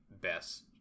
best